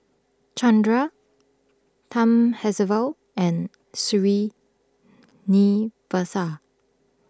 Chandra Thamizhavel and Srinivasa